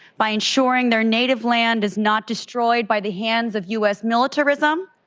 by ensuring their native land is not destroyed by the hands of u s. militarism.